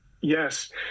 Yes